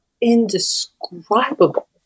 indescribable